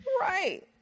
Right